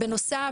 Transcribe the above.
בנוסף,